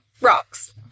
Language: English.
rocks